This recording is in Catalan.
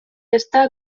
està